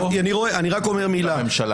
מליאת הממשלה.